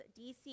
DC